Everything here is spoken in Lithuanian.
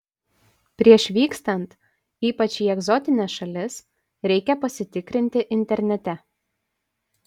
prieš vykstant ypač į egzotines šalis reikia pasitikrinti internete